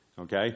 Okay